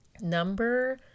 Number